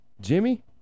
Jimmy